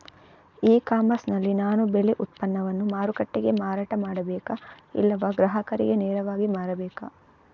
E commerce ನಲ್ಲಿ ನಾನು ಬೆಳೆ ಉತ್ಪನ್ನವನ್ನು ಮಾರುಕಟ್ಟೆಗೆ ಮಾರಾಟ ಮಾಡಬೇಕಾ ಇಲ್ಲವಾ ಗ್ರಾಹಕರಿಗೆ ನೇರವಾಗಿ ಮಾರಬೇಕಾ?